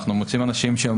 אנחנו מוצאים אנשים,